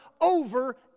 over